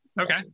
Okay